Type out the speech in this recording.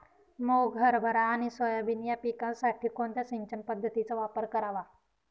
मुग, हरभरा आणि सोयाबीन या पिकासाठी कोणत्या सिंचन पद्धतीचा वापर करावा?